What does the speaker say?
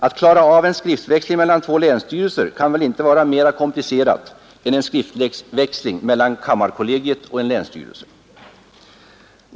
Att klara av en skriftväxling mellan två länsstyrelser kan väl inte vara mer komplicerat än en skriftväxling mellan kammarkollegiet och en länsstyrelse.